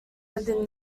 within